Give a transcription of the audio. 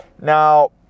Now